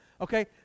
okay